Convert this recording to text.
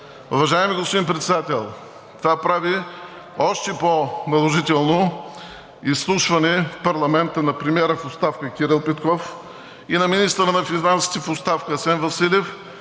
Уважаеми господин Председател, това прави още по-наложително изслушване в парламента на премиера в оставка Кирил Петков и на министъра на финансите в оставка Асен Василев